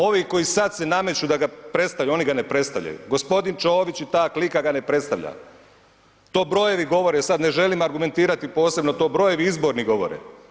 Ovi koji sad se nameću da ga predstavljaju oni ga ne predstavljaju, gospodin Čović i ta klika ga ne predstavlja, to brojevi govore, sad ne želim argumentirati posebno, to brojevi izborni govore.